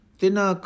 tina